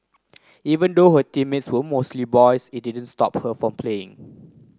even though her teammates were mostly boys it didn't stop her from playing